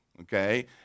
Okay